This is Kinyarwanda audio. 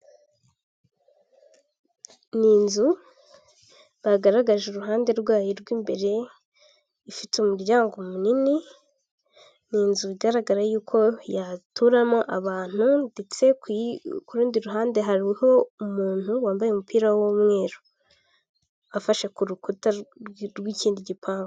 Ni inzu bagaragaje uruhande rwayo rw'imbere, ifite umuryango munini, ni inzu igaragara y'uko yaturamo abantu ndetse kurundi ruhande hariho umuntu wambaye umupira w'umweru, afashe ku rukuta rw'ikindi gipangu.